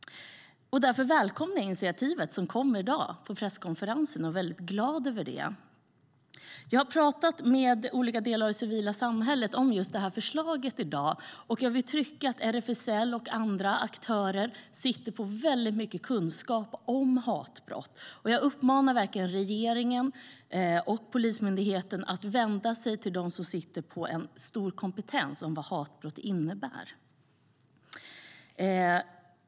Därför välkomnar jag det initiativ som kom på presskonferensen i dag och är väldigt glad över det. Jag har pratat med olika delar av det civila samhället om förslaget i dag. Jag vill framhålla att RFSL och andra aktörer sitter på väldigt mycket kunskap om hatbrott. Jag uppmanar regeringen och Polismyndigheten att vända sig till dem som sitter på en stor kompetens om vad hatbrott innebär.